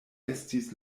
estis